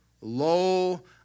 Lo